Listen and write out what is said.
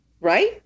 right